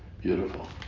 Beautiful